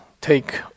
take